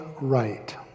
right